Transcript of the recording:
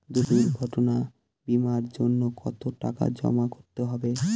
দুর্ঘটনা বিমার জন্য কত টাকা জমা করতে হবে?